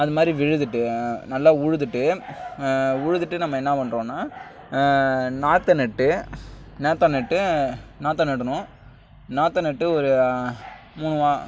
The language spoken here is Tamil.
அது மாதிரி உழுந்துட்டு நல்லா உழுதுவிட்டு உழுதுவிட்டு நம்ம என்ன பண்ணுறோனா நாற்றை நட்டு நாற்றை நட்டு நான் நாற்றை நடணும் நாற்றை நட்டு ஒரு மூணுவா